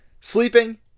Sleeping